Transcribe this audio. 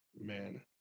Man